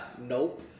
Nope